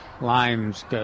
limes